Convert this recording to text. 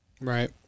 right